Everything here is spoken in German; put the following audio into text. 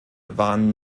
waren